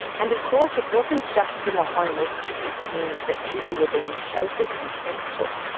and of course it wasn't just in the home of krissy kneen that people were being sheltered from sex talk.